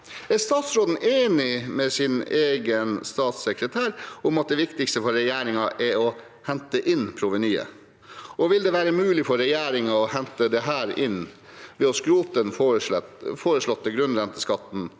Er statsråden enig med sin egen statssekretær i at det viktigste for regjeringen er å hente inn provenyet? Og vil det være mulig for regjeringen å hente det inn ved å skrote den foreslåtte grunnrenteskatten